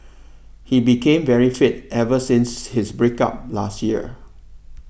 he became very fit ever since his break up last year